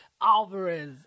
Alvarez